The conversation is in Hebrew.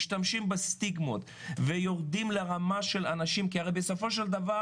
משתמשים בסטיגמות ויורדים לרמה של אנשים כי הרי בסופו של דבר